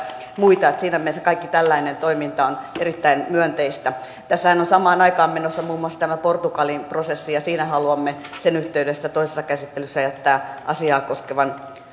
muita siinä mielessä kaikki tällainen toiminta on erittäin myönteistä tässähän on samaan aikaan menossa muun muassa tämä portugalin prosessi ja siinä haluamme sen yhteydessä toisessa käsittelyssä jättää asiaa koskevan